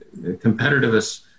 competitiveness